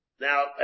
Now